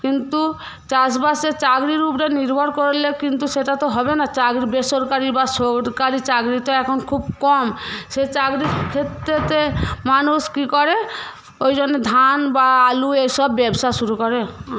কিন্তু চাষবাসে চাকরির উপরে নির্ভর করলে কিন্তু সেটা তো হবে না চাকরি বেসরকারি বা সরকারি চাকরি তো এখন খুব কম সে চাকরির ক্ষেত্রতে মানুষ কি করে ওইজন্য ধান বা আলু এই সব ব্যবসা শুরু করে